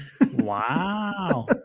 Wow